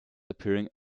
appearing